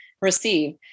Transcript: receive